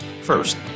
First